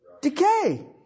Decay